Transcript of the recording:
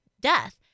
death